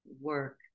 work